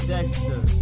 Dexter